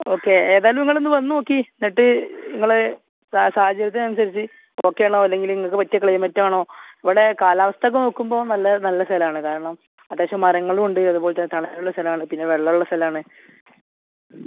okay ഏതായാലും നിങ്ങൾ ഒന്ന് വന്ന് നോക്കിക്കേ എന്നിട്ട് നിങ്ങളുടെ സാഹചര്യമനുസരിച്ച് ഓക്കെയാണോ അല്ലെങ്കിൽ നിങ്ങൾക്ക് പറ്റിയ ക്ലൈമറ്റ് ആണോ ഇവിടെ കാലാവസ്ഥ ഒക്കെ നോക്കുമ്പോൾ നല്ല നല്ല സ്ഥലമാണ് കാരണം അത്യാവശ്യം മരങ്ങളുണ്ട് അതുപോലെ തന്നെ തണലുള്ള സ്ഥലമാണ് പിന്നെ വെള്ളം ഉള്ള സ്ഥലമാണ്